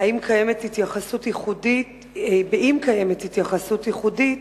2. אם קיימת התייחסות ייחודית,